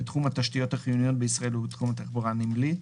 בתחום התשתית החיוניות בישראל ובתחום התחבורה הנמלית.